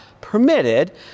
permitted